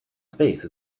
space